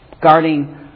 guarding